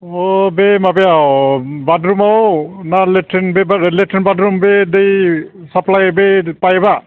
अह बे माबाया अह बाथरुमाव मा लेथ्रिन बे लेथ्रिन बाथरुम बे दै साप्लाइ बे पाइपआ